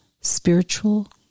spiritual